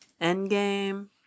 endgame